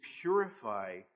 purify